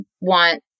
want